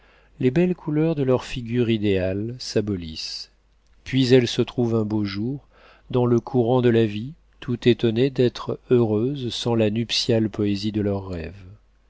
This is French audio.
les belles couleurs de leur figure idéale s'abolissent puis elles se trouvent un beau jour dans le courant de la vie tout étonnées d'être heureuses sans la nuptiale poésie de leurs rêves